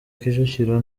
kicukiro